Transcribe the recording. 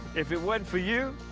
if it wasn't for you,